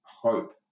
hope